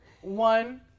one